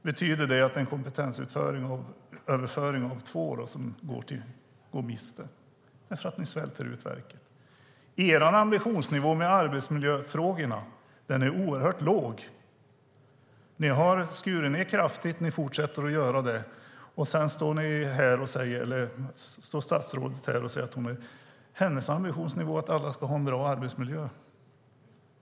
Betyder det att man går miste om en kompetensöverföring av två, för att ni svälter ut verket? Er ambitionsnivå för arbetsmiljöfrågorna är oerhört låg. Ni har skurit ned kraftigt, och ni fortsätter att göra det. Sedan står statsrådet här och säger att hennes ambitionsnivå är att alla ska ha en bra arbetsmiljö.